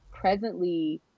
presently